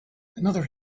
another